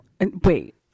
Wait